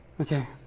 Okay